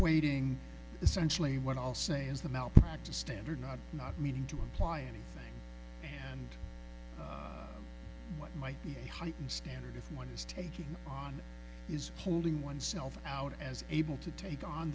acquainting essentially what i'll say is the malpractise standard not not meaning to imply anything and what might be a heightened standard if one is taking on is holding oneself out as able to take on